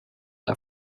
the